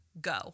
go